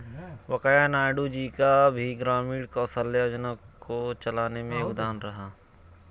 वैंकैया नायडू जी का भी ग्रामीण कौशल्या योजना को चलाने में योगदान रहा है